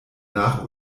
nach